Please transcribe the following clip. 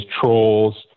trolls